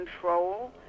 control